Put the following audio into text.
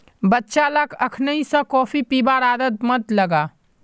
बच्चा लाक अखनइ स कॉफी पीबार आदत मत लगा